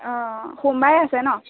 অঁ সোমবাৰে আছে ন